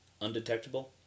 undetectable